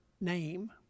name